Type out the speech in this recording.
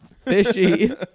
Fishy